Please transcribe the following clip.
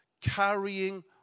carrying